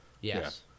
Yes